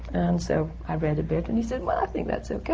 and so, i read a bit, and he said, well, i think that's